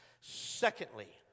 Secondly